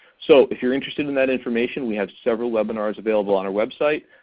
so if you're interested in that information, we have several webinars available on our website.